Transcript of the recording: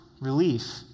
relief